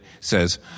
says